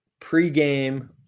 pregame